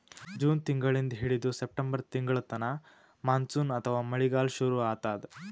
June ತಿಂಗಳಿಂದ್ ಹಿಡದು September ತಿಂಗಳ್ತನಾ ಮಾನ್ಸೂನ್ ಅಥವಾ ಮಳಿಗಾಲ್ ಶುರು ಆತದ್